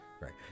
Right